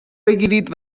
بگیرید